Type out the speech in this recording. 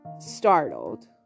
startled